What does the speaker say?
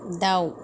दाउ